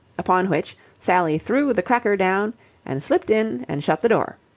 upon which sally threw the cracker down and slipped in and shut the door.